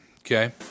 okay